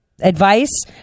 advice